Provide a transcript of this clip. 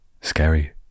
Scary